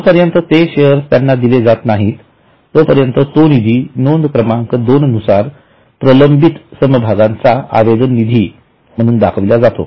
जोपर्यन्त ते शेअर्स त्यांना दिले जात नाहीत तोपर्यंत तो निधी नोंद क्रमांक दोन नुसार प्रलंबित समभागांचा आवेदन निधी म्हणून दाखविला जातो